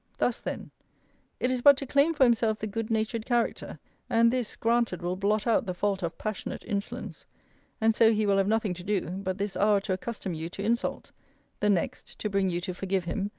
thus then it is but to claim for himself the good-natured character and this, granted, will blot out the fault of passionate insolence and so he will have nothing to do, but this hour to accustom you to insult the next, to bring you to forgive him,